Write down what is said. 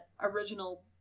original